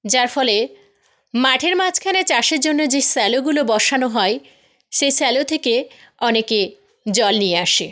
যার ফলে মাঠের মাঝখানে চাষের জন্য যেই শ্যালোগুলো বসানো হয় সেই শ্যালো থেকে অনেকে জল নিয়ে আসে